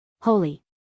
Holy